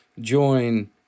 join